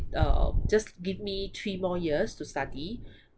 uh just give me three more years to study